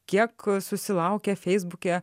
kiek susilaukia feisbuke